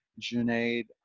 Junaid